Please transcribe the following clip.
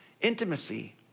intimacy